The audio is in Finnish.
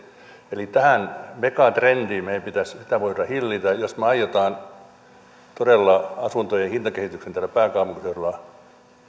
eli tätä megatrendiä meidän pitäisi voida hillitä jos me aiomme todella asuntojen hintakehitykseen täällä pääkaupunkiseudulla